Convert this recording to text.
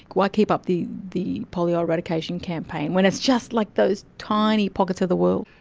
why keep up the the polio eradication campaign when it's just like those tiny pockets of the world.